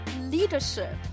Leadership